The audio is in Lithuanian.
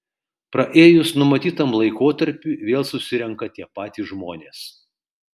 praėjus numatytam laikotarpiui vėl susirenka tie patys žmonės